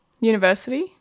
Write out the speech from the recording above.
University